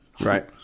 Right